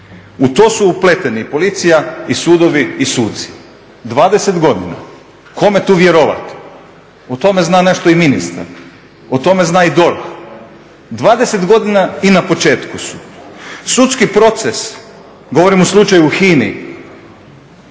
U to su upleteni policija i sudovi i suci. 20 godina. Kome tu vjerovati? O tome zna nešto i ministar, o tome zna i DORH. 20 godina i na početku su. Sudski proces, govorim o slučaju u HINA-i,